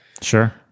Sure